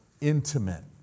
intimate